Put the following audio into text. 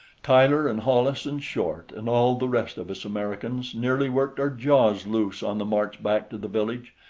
tyler and hollis and short and all the rest of us americans nearly worked our jaws loose on the march back to the village,